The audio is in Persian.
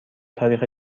تاریخ